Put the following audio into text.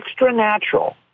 extranatural